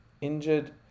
injured